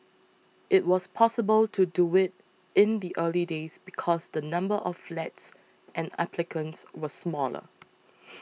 it was possible to do it in the early days because the number of flats and applicants were smaller